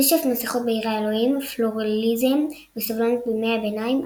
נשף מסכות בעיר האלוהים פלורליזם וסובלנות בימי הביניים,